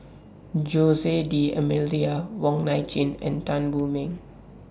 Jose D'almeida Wong Nai Chin and Tan Wu Meng